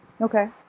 Okay